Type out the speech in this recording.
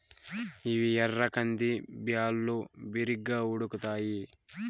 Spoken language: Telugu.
ఇవి ఎర్ర కంది బ్యాళ్ళు, బిరిగ్గా ఉడుకుతాయి